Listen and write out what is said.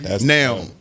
Now